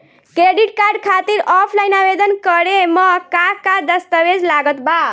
Credit card खातिर offline आवेदन करे म का का दस्तवेज लागत बा?